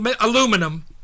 aluminum